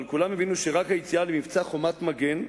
כולם הבינו שרק היציאה למבצע "חומת מגן",